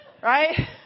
Right